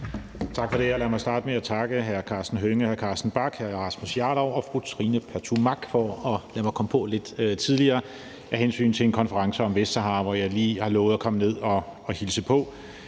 Tak for det, og lad mig starte med at takke hr. Karsten Hønge, hr. Carsten Bach, hr. Rasmus Jarlov og fru Trine Pertou Mach for at lade mig komme på lidt tidligere af hensyn til en konference om Vestsahara, hvor jeg lige har lovet at komme ned og hilse på.